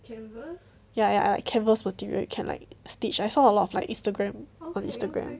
ya ya like canvas material can like stitch I saw a lot of like Instagram on Instagram